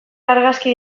argazki